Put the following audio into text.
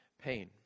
pain